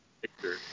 picture